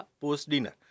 post-dinner